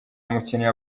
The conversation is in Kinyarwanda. umukinnyi